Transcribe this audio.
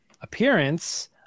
appearance